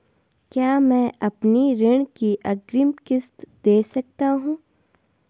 क्या मैं अपनी ऋण की अग्रिम किश्त दें सकता हूँ?